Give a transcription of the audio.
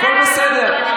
הכול בסדר.